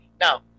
now